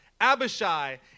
Abishai